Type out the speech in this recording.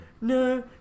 no